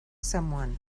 someone